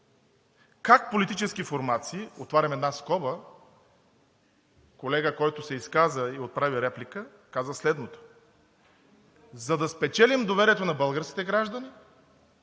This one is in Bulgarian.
как политически формации, отварям една скоба – колега, който се изказа и отправи реплика, каза следното: „За да спечелим доверието на българските граждани,